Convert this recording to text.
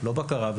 לא בקרה,